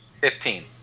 Fifteen